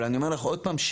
אבל אני אומר לך עוד פעם,